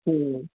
ਹਮ